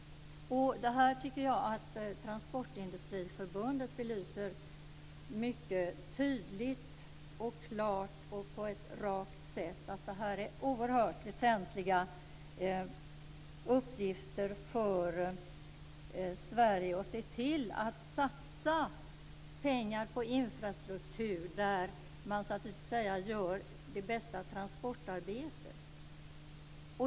Det här tycker jag att Transportindustriförbundet belyser mycket tydligt och klart och på ett rakt sätt; att det är en oerhört väsentlig uppgift för Sverige att se till att satsa pengar på infrastruktur där man gör det bästa transportarbetet.